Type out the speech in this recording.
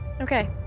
okay